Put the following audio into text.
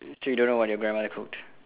so you don't know what your grandmother cooked